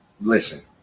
Listen